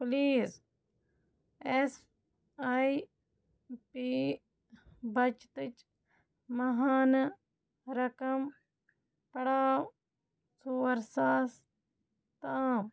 please S I P بچتٕچ ماہانہٕ رقم پڑاو ژور ساس تام